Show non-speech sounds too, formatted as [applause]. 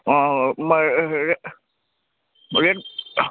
অঁ [unintelligible] ৰেট